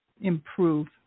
improve